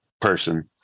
person